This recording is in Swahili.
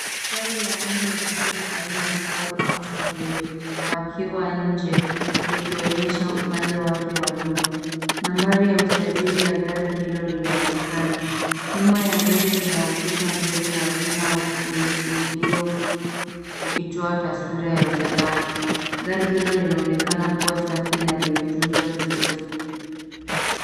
Gari la rangi ya kijivu aina ya subaru outback limepakiwa nje likionyesha upande wake wa nyuma. Nambari ya usajili ya gari hilo linaonekana. Nyuma ya gari kuna ukuta mrefu wa chuma wenye uzio ukitoa taswira ya usalama. Gari hilo linaonekana kuwa safi na limetunzwa vizuri.